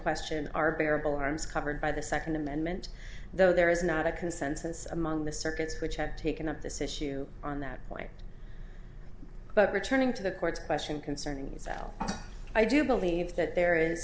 question are bearable arms covered by the second amendment though there is not a consensus among the circuits which had taken up this issue on that point but returning to the court's question concerning itself i do believe that there is